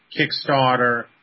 Kickstarter